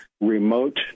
Remote